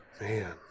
Man